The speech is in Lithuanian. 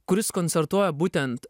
kuris koncertuoja būtent